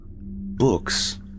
Books